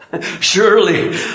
Surely